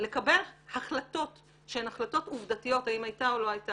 לקבל החלטות שהן החלטות עובדתיות אם הייתה או לא הייתה